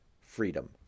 freedom